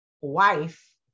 wife